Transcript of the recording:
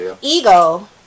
ego